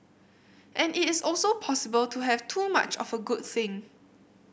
and it is also possible to have too much of a good thing